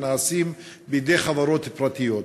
הניתנים בידי חברות פרטיות.